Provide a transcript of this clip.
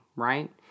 Right